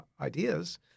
Ideas